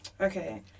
Okay